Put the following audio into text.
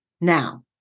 Now